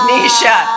Nisha